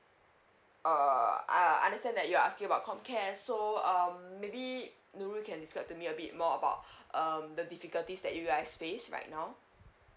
uh I understand that you're asking about comcare so um maybe nurul can describe to me a bit more about um the difficulties that you guys face right now